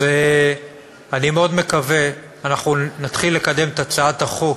אז אני מאוד מקווה, נתחיל לקדם את הצעת החוק